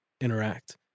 interact